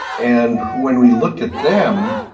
and when we looked at them,